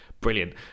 brilliant